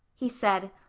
he said,